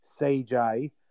CJ